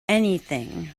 anything